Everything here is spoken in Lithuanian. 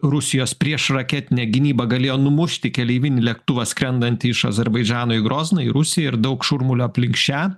rusijos priešraketinė gynyba galėjo numušti keleivinį lėktuvą skrendantį iš azerbaidžano į grozną į rusiją ir daug šurmulio aplink šią